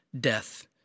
death